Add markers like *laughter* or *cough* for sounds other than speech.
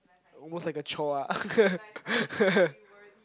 almost like a chore ah *laughs*